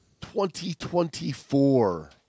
2024